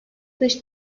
dış